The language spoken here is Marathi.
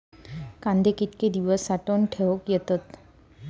कांदे कितके दिवस साठऊन ठेवक येतत?